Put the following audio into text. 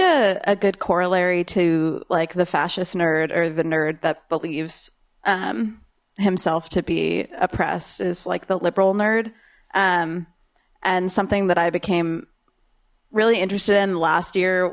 a good corollary to like the fascist nerd or the nerd that believes himself to be oppressed is like the liberal nerd and something that i became really interested in last year